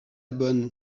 bonne